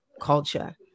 culture